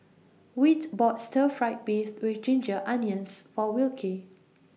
Whit bought Stir Fried Beef with Ginger Onions For Wilkie